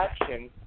action